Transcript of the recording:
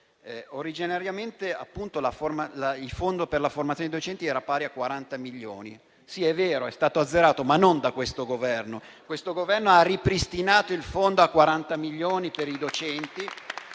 Originariamente il fondo per la formazione dei docenti era pari a 40 milioni. Sì, è vero, è stato azzerato, ma non da questo Governo, che ha invece ripristinato il fondo a 40 milioni per i docenti